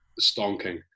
stonking